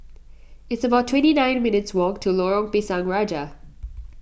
it's about twenty nine minutes' walk to Lorong Pisang Raja